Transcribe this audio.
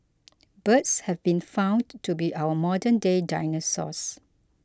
birds have been found to be our modernday dinosaurs